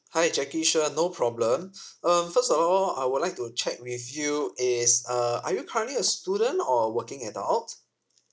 hi jackie sure no problem um first of all I would like to check with you is uh are you currently a student or a working adult